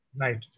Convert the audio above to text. Right